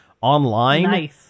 online